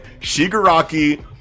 shigaraki